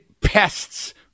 pests